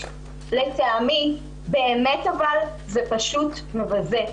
אז לטעמי, באמת, זה פשוט מבזה.